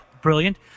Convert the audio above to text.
brilliant